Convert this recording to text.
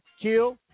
Kill